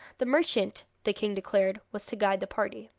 the merchant, the king declared, was to guide the party.